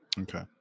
Okay